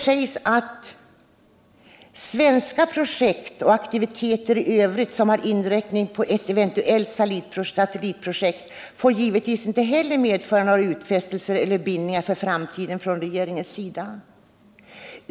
Utskottet säger: ”Svenska projekt och aktiviteter i övrigt som har inriktning på ett eventuellt satellitprojekt får givetvis inte heller medföra några utfästelser eller bindningar för framtiden från regeringens sida.